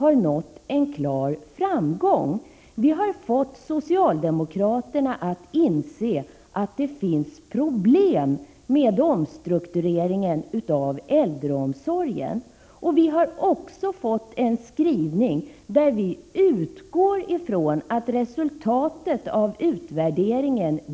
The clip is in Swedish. Utskottet avvisar även här våra förslag med argument om den kommunala självbestämmanderätten på området. Man hänvisar också till en idéskrift från Kommunförbundet i ärendet.